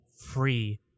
free